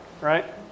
right